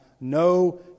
no